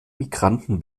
migranten